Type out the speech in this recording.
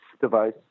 device